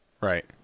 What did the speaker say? Right